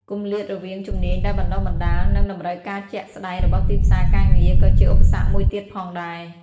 គម្លាតរវាងជំនាញដែលបណ្ដុះបណ្ដាល និងតម្រូវការជាក់ស្ដែងរបស់ទីផ្សារការងារ ក៏ជាឧបសគ្គមួយទៀតផងដែរ។